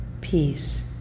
peace